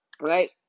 Right